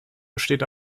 besteht